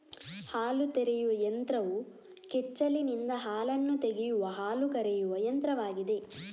ಹಾಲು ಕರೆಯುವ ಯಂತ್ರವು ಕೆಚ್ಚಲಿನಿಂದ ಹಾಲನ್ನು ತೆಗೆಯುವ ಹಾಲು ಕರೆಯುವ ಯಂತ್ರವಾಗಿದೆ